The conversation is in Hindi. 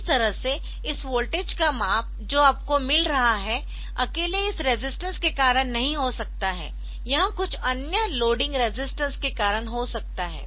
इस तरह से इस वोल्टेज का माप जो आपको मिल रहा है अकेले इस रेजिस्टेंस के कारण नहीं हो सकता है यह कुछ अन्य लोडिंग रेजिस्टेंस के कारण हो सकता है